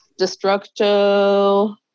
Destructo